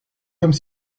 comme